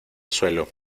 suelo